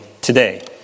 today